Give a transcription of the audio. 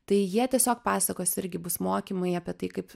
tai jie tiesiog pasakos irgi bus mokymai apie tai kaip